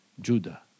Judah